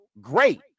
great